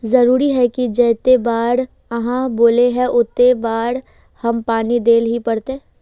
जरूरी है की जयते बार आहाँ बोले है होते बार पानी देल ही पड़ते?